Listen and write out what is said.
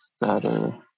better